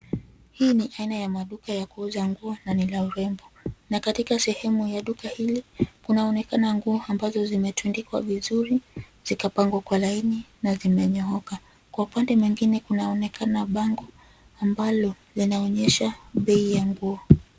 Hii ni aina ya maduka ya kuuza nguo na ni la urembo na katika sehemu ya duka hili, kunaonekana nguo ambazo zimetundikwa vizuri, zikapangwa kwa laini na zimenyooka. Kwa upande mwingine, Kunaonekana bango ambalo linaonyesha bei ya nguo.